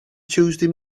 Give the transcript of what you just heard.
tuesday